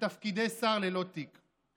ותפקידי שר ללא תיק.